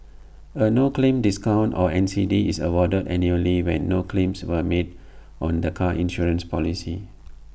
A no claim discount or N C D is awarded annually when no claims were made on the car insurance policy